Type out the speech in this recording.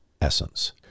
essence